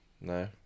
No